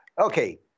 Okay